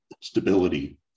stability